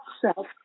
self